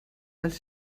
els